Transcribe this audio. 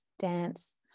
dance